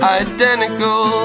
identical